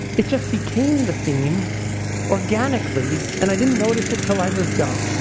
it just became the theme organically and i didn't notice it until i was done.